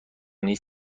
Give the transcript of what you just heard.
نیز